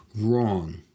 wrong